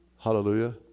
Hallelujah